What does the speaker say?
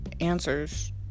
answers